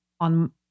on